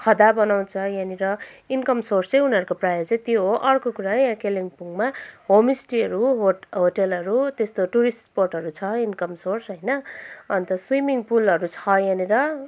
खदा बनाउँछ यहाँनिर इन्कम सोर्स चाहिँ उनीहरूको प्रायः चाहिँ त्यो हो अर्को कुरा है कालिम्पोङमा होमस्टेहरू हो होटलहरू त्यस्तो टुरिस्ट स्पटहरू छ इन्कम सोर्स हैन अन्त स्विमिङ पुलहरू छ यहाँनिर